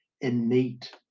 innate